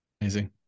Amazing